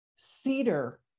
cedar